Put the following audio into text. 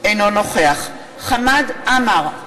אינו נוכח חמד עמאר,